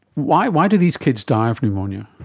why why do these kids die of pneumonia?